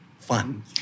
fun